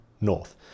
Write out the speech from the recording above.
north